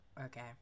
Okay